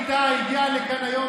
אתה כולך